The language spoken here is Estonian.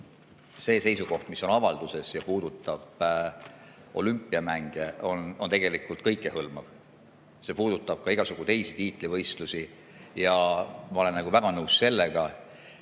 see seisukoht, mis on avalduses ja puudutab olümpiamänge, on tegelikult kõikehõlmav. See puudutab ka igasugu teisi tiitlivõistlusi. Ma olen väga nõus sellega,